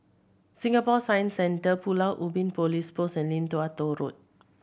Singapore Science Centre Pulau Ubin Police Post and Lim Tua Tow Road